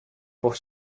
pour